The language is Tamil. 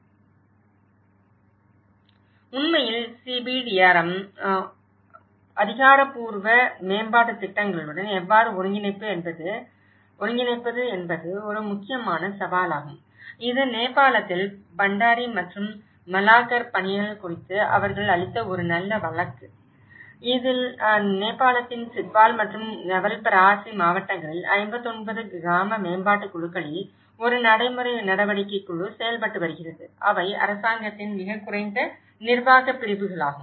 உண்மையில் CBRDRM அதிகாரப்பூர்வ மேம்பாட்டுத் திட்டத்துடன் எவ்வாறு ஒருங்கிணைப்பது என்பது ஒரு முக்கியமான சவாலாகும் இது நேபாளத்தில் பண்டாரி மற்றும் மலாக்கர் பணிகள் குறித்து அவர்கள் அளித்த ஒரு நல்ல வழக்கு இதில் நேபாளத்தின் சிட்வால் மற்றும் நவல்பராசி மாவட்டங்களில் 59 கிராம மேம்பாட்டுக் குழுக்களில் ஒரு நடைமுறை நடவடிக்கைக் குழு செயல்பட்டு வருகிறது அவை அரசாங்கத்தின் மிகக் குறைந்த நிர்வாக பிரிவுகளாகும்